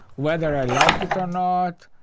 whether i like it or not,